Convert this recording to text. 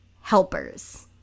helpers